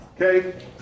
okay